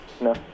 No